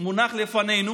שמונח לפנינו